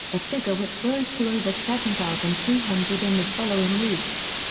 a figure which rose to over seven thousand two hundred in the following weeks.